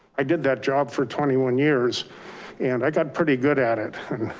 i did that job for twenty one years and i got pretty good at it. and